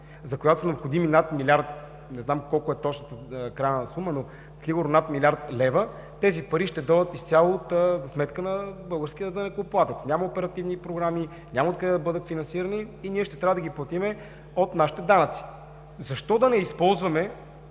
за която са необходими над милиард, не знам колко е точната крайна сума, сигурно над милиард лева, тези пари ще дойдат изцяло за сметка на българския данъкоплатец – няма оперативни програми, няма откъде да бъдат финансирани, и ние ще трябва да ги платим от нашите данъци. Защо да не използваме